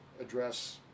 address